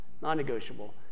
non-negotiable